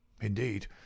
indeed